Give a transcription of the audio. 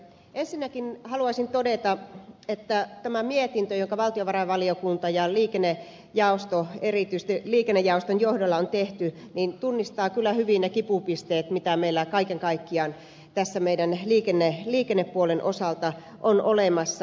ensinnäkin haluaisin todeta että tämä mietintö joka valtiovarainvaliokunnan ja erityisesti liikennejaoston johdolla on tehty tunnistaa kyllä hyvin ne kipupisteet mitkä meillä kaiken kaikkiaan tässä meidän liikennepuolen osalta ovat olemassa